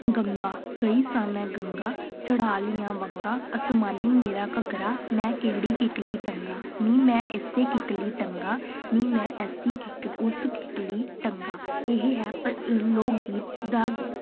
ਗੰਗਾ ਗਈ ਸਾਂ ਮੈਂ ਗੰਗਾ ਚੜ੍ਹਾ ਲਈਆਂ ਵੰਗਾਂ ਅਸਮਾਨੀ ਮੇਰਾ ਘੱਗਰਾ ਮੈਂ ਕਿਹੜੀ ਕਿੱਕਲੀ ਟੰਗਾ ਨੀ ਮੈਂ ਇਸੇ ਕਿੱਕਲੀ ਟੰਗਾ ਨੀ ਮੈਂ ਐਸੀ ਕਿੱਕ ਉਸ ਕਿੱਕਲੀ ਟੰਗਾ ਇਹ ਹੈ ਪ ਲੋਕ ਗੀਤ ਦਾ